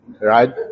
right